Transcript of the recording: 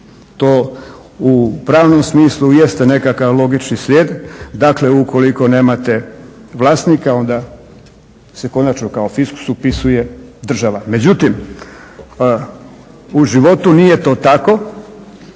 To u pravnom smislu jeste nekakav logični slijed. Dakle, ukoliko nemate vlasnika, onda se konačno kao fiskus upisuje država. Međutim, u životu nije to tako,